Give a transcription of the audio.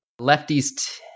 lefties